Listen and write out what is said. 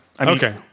Okay